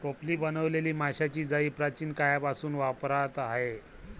टोपली बनवलेली माशांची जाळी प्राचीन काळापासून वापरात आहे